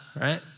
right